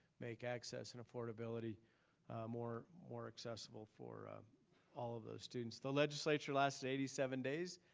make access and affordability more more accessible for all of the students. the legislature lasted eighty seven days.